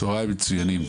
צוהריים מצוינים.